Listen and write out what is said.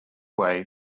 way